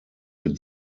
mit